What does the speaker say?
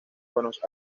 buenos